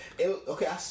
Okay